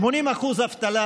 80% אבטלה.